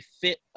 fit